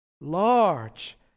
large